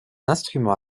instrument